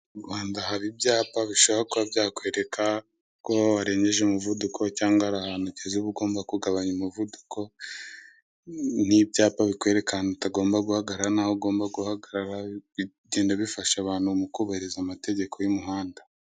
Mu Rwanda haba ibyapa bishobora kuba byakwereka ko warengeje umuvuduko, cyangwa hari ahantu ugeze uba ugumba kugabanya umuvuduko, n'ibyaka bikwereka ahantu utagomba guhagarara n'aho ugomba guhagarara, bigenda bifasha abantu mu kubahiriza amategeko y'umuhanda.